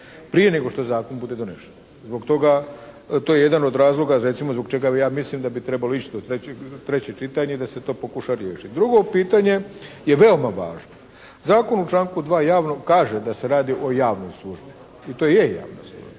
prije nego što zakon bude donesen. Zbog toga, to je jedan od razliko recimo zbog čega bi ja mislim da bi trebalo ići u treće čitanje da se to pokuša riješiti. Drugo pitanje je veoma važno. Zakon u članku 2. javno, kaže da se radi o javnoj službi, i to je javna služba.